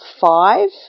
five